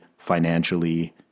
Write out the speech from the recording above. financially